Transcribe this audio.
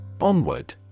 Onward